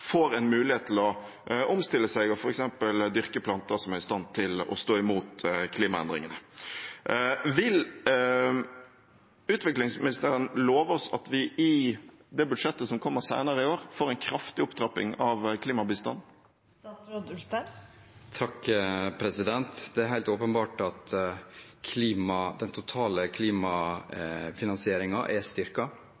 får en mulighet til å omstille seg og f.eks. dyrke planter som er i stand til å stå imot klimaendringene. Vil utviklingsministeren love oss at vi i det budsjettet som kommer senere i år, får en kraftig opptrapping av klimabistanden? Det er helt åpenbart at den totale